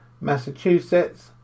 Massachusetts